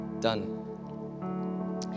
done